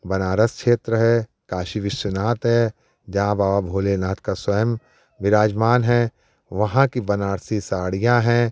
बनारस क्षेत्र है काशी विश्वनाथ है जहाँ बाबा भोलेनाथ का स्वयं विराजमान हैं वहाँ की बनारसी साड़ियाँ हैं